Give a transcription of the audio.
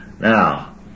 Now